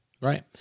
Right